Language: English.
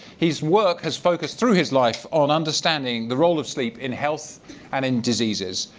his work has focused, through his life, on understanding the role of sleep in health and in diseases.